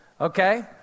okay